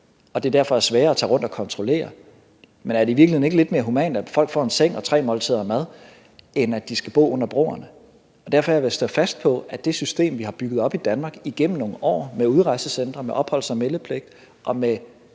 og at det derfor er sværere at tage rundt og kontrollere forholdene, men er det i virkeligheden ikke lidt mere humant, at folk får en seng og tre måltider mad, end at de skal bo under broerne? Derfor vil jeg stå fast på, at det system, vi har bygget op i Danmark igennem nogle år, med udrejsecentre, med opholds- og meldepligt og med